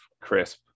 crisp